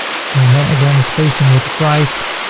and then again, the spacing with the price,